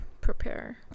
prepare